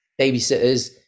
babysitters